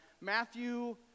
Matthew